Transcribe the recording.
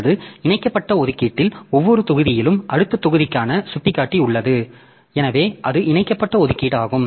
அல்லது இணைக்கப்பட்ட ஒதுக்கீட்டில் ஒவ்வொரு தொகுதியிலும் அடுத்த தொகுதிக்கான சுட்டிக்காட்டி உள்ளது எனவே அது இணைக்கப்பட்ட ஒதுக்கீடாகும்